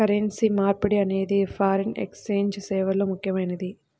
currency మార్పిడి అనేది foreign exchange సేవల్లో ముఖ్యమైనది